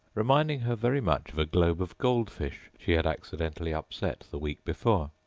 reminding her very much of a globe of goldfish she had accidentally upset the week before.